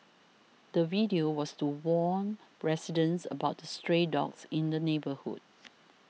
the video was to warn residents about the stray dogs in the neighbourhood